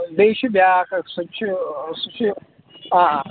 بیٚیہِ چھُ بیٛاکھ اَکھ سُہ چھُ سُہ چھُ آ